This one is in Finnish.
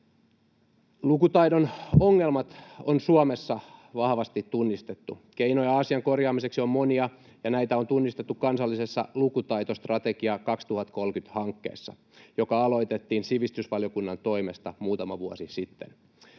Lukutaidon ongelmat on Suomessa vahvasti tunnistettu. Keinoja asian korjaamiseksi on monia, ja näitä on tunnistettu Kansallinen lukutaitostrategia 2030 ‑hankkeessa, joka aloitettiin sivistysvaliokunnan toimesta muutama vuosi sitten.